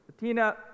Latina